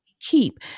Keep